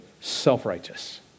self-righteous